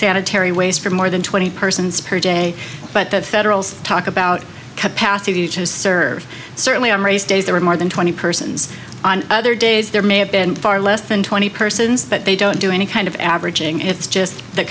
sanitary ways for more than twenty persons per day but the federal talk about capacity to serve certainly on race days there were more than twenty persons on other days there may have been far less than twenty persons but they don't do any kind of averaging it's just th